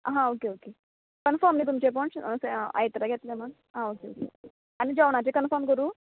हां okay okay confirm न्ही तुमचें पूण तुमचें आयताराक येतलें म्हण आं ओके ओके आनी जेवणाचें कन्फर्म करूं